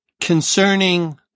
concerning